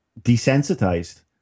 desensitized